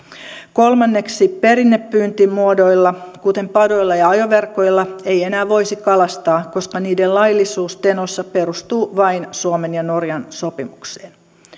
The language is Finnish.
kolmanneksi perinnepyyntimuodoilla kuten padoilla ja ajoverkoilla ei enää voisi kalastaa koska niiden laillisuus tenossa perustuu vain suomen ja norjan sopimukseen